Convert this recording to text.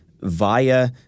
via